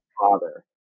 father